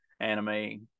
Anime